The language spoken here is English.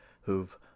who've